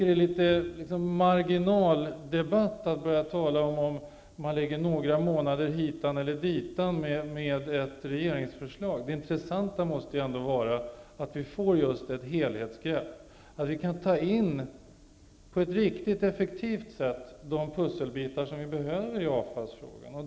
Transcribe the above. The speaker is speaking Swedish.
Det är något av en marginaldebatt när man talar om att ifall ett regeringsförslag läggs fram några månader förr eller senare. Det intressanta måste ändå vara att vi tar ett helhetsgrepp och på ett riktigt och effektivt sätt kan passa in de pusselbitar vi behöver i avfallsfrågan.